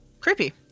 creepy